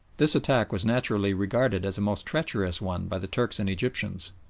this attack was naturally regarded as a most treacherous one by the turks and egyptians,